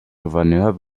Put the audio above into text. gouverneur